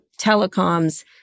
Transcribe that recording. telecoms